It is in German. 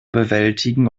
bewältigen